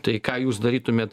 tai ką jūs darytumėt